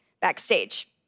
Backstage